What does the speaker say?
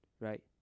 Right